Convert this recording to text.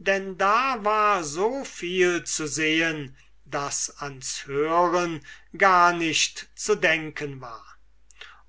denn da war so viel zu sehen daß an's hören gar nicht zu denken war